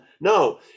No